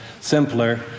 simpler